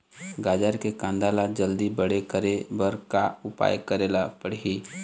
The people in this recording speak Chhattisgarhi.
गाजर के कांदा ला जल्दी बड़े करे बर का उपाय करेला पढ़िही?